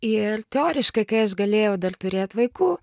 ir teoriškai kai aš galėjau dar turėt vaikų